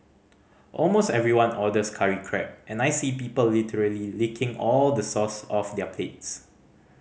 almost everyone orders curry crab and I see people literally licking all the sauce off their plates